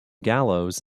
gallows